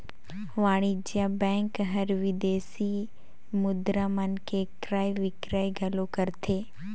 वाणिज्य बेंक हर विदेसी मुद्रा मन के क्रय बिक्रय घलो करथे